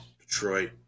Detroit